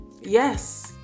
Yes